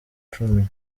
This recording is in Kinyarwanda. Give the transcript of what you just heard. cumi